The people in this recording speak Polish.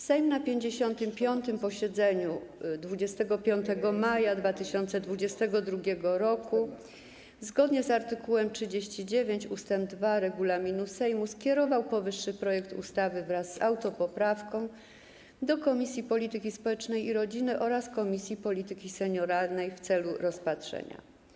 Sejm na 55. posiedzeniu 25 maja 2022 r., zgodnie z art. 39 ust. 2 regulaminu Sejmu, skierował powyższy projekt ustawy wraz z autopoprawką do Komisji Polityki Społecznej i Rodziny oraz Komisji Polityki Senioralnej w celu rozpatrzenia.